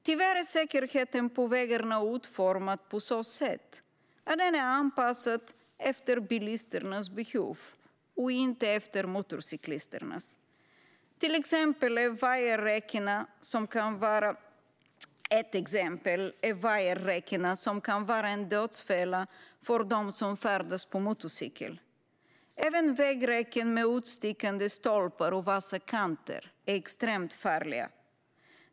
Tyvärr är säkerheten på vägarna utformad på ett sådant sätt att den är anpassad efter bilisternas behov och inte efter motorcyklisternas. Ett exempel är vajerräckena, som kan vara en dödsfälla för dem som färdas på motorcykel. Även vägräcken med utstickande stolpar och vassa kanter är extremt farliga.